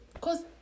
cause